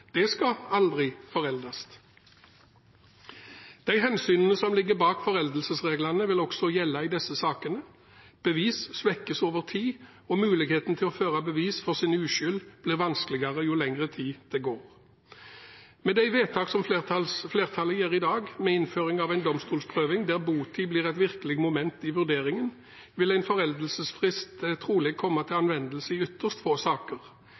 det skal aldri foreldes. De hensynene som ligger bak foreldelsesreglene, vil også gjelde i disse sakene. Bevis svekkes over tid, og muligheten til å føre bevis for sin uskyld blir vanskeligere jo lengre tid det går. Med de vedtak som flertallet gjør i dag, med innføring av en domstolsprøving der botid blir et viktig moment i vurderingen, vil en foreldelsesfrist trolig komme til anvendelse i ytterst få saker.